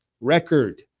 record